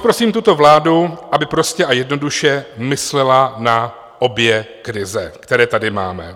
Moc prosím tuto vládu, aby prostě a jednoduše myslela na obě krize, které tady máme.